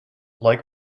like